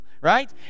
right